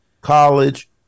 college